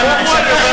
נהפוך הוא,